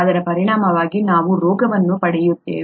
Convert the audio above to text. ಇದರ ಪರಿಣಾಮವಾಗಿ ನಾವು ರೋಗವನ್ನು ಪಡೆಯುತ್ತೇವೆ